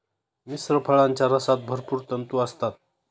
मिश्र फळांच्या रसात भरपूर तंतू असतात